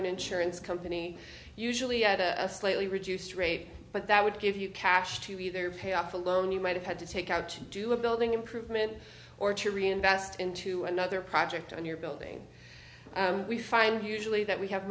an insurance company usually at a slightly reduced rate but that would give you cash to either pay off a loan you might have had to take out to do a building improvement or to reinvest into another project on your building we find usually that we have